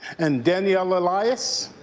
and danielle elias.